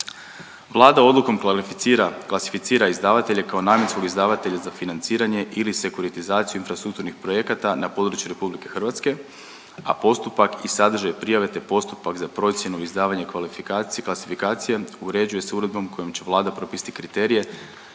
Vlada odlukom klasificira izdavatelje kao namjenskog izdavatelja za financiranje ili sekuritizaciju infrastrukturnih projekata na području Republike Hrvatske, a postupak i sadržaj prijave te postupak za procjenu izdavanja klasifikacije uređuje se uredbom kojom će Vlada propisati kriterije